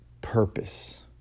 purpose